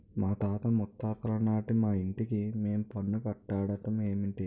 మాతాత ముత్తాతలనాటి మా ఇంటికి మేం పన్ను కట్టడ మేటి